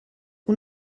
اون